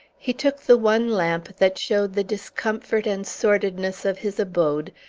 he took the one lamp that showed the discomfort and sordidness of his abode,